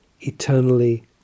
eternally